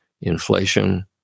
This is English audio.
inflation